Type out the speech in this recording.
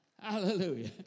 Hallelujah